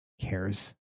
cares